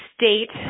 state